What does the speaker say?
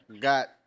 got